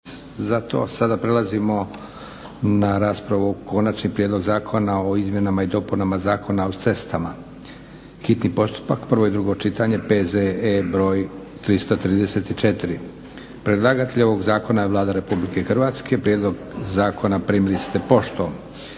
Sada prelazimo na raspravu o: - Konačni prijedlog zakona o izmjenama i dopunama Zakona o cestama, hitni postupak, prvo i drugo čitanje, P.Z.E . br. 334 Predlagatelj zakona je Vlada RH. Prijedlog zakona primili ste poštom.